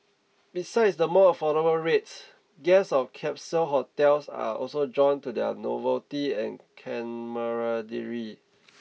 besides the more affordable rates guests of capsule hotels are also drawn to their novelty and camaraderie